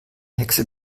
hexe